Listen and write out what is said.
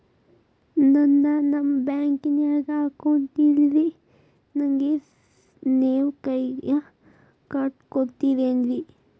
ನನ್ಗ ನಮ್ ಬ್ಯಾಂಕಿನ್ಯಾಗ ಅಕೌಂಟ್ ಇಲ್ರಿ, ನನ್ಗೆ ನೇವ್ ಕೈಯ ಕಾರ್ಡ್ ಕೊಡ್ತಿರೇನ್ರಿ?